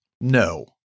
No